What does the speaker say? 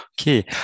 okay